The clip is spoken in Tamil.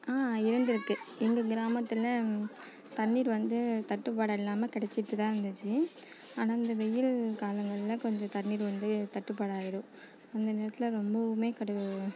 ஆ இருந்திருக்கு எங்கள் கிராமத்தில் தண்ணீர் வந்து தட்டுப்பாடு இல்லாம கெடைச்சிட்டு தான் இருந்துச்சு ஆனால் இந்த வெயில் காலங்களில் கொஞ்சம் தண்ணீர் வந்து தட்டுப்பாடாயிடும் அந்த நேரத்தில் ரொம்பவும் கடும்